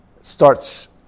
starts